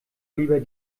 lieber